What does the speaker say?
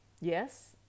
Yes